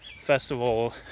festival